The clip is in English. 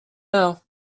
now